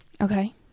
okay